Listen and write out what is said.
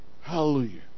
hallelujah